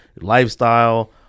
lifestyle